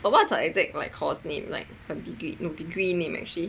but like what is her exact course name like the degree degree name actually